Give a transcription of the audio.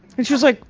and she was like,